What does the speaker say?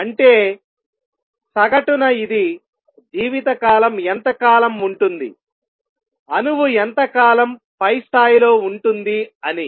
అంటే సగటున ఇది జీవితకాలం ఎంత కాలం ఉంటుంది అణువు ఎంతకాలం పై స్థాయిలో ఉంటుంది అని